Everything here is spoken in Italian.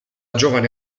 giovane